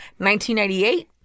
1998